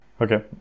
Okay